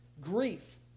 grief